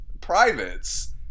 privates